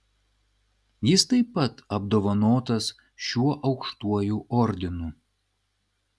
jis taip pat apdovanotas šiuo aukštuoju ordinu